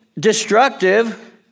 Destructive